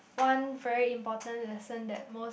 one very important lesson that most